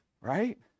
Right